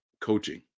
coaching